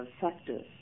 factors